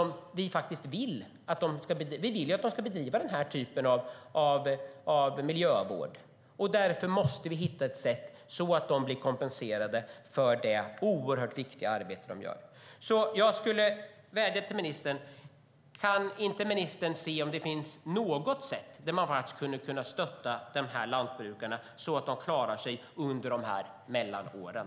Vi vill att de ska bedriva den här typen av miljövård. Därför måste vi hitta ett sätt så att de blir kompenserade för det oerhört viktiga arbete de gör. Jag skulle vilja vädja till ministern. Kan inte ministern se om det finns något sätt att faktiskt stötta de här lantbrukarna, så att de klarar sig under mellanåren?